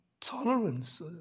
tolerance